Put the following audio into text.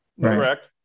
Correct